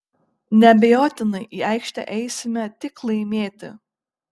neabejotinai į aikštę eisime tik laimėti